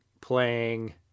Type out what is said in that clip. playing